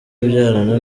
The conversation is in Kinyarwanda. abyarana